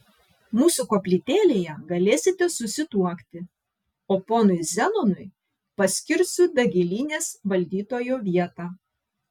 mūsų koplytėlėje galėsite susituokti o ponui zenonui paskirsiu dagilynės valdytojo vietą